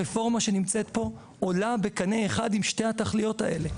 הרפורמה שנמצאת פה עולה בקנה אחד עם שתי התכליות האלה.